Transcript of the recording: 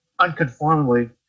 unconformably